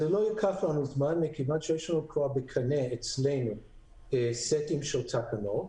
זה לא ייקח לנו זמן מכיוון שיש לנו כבר בקנה אצלנו סטים של תקנות.